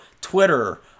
Twitter